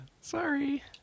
Sorry